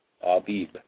Abib